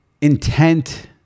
intent